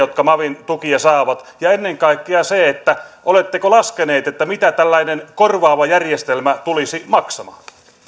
jotka mavin tukia saavat ja ennen kaikkea oletteko laskeneet mitä tällainen korvaava järjestelmä tulisi maksamaan